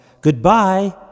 Goodbye